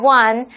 one